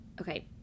Okay